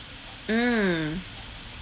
mm